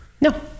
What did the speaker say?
No